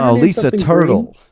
ah lisa turtle.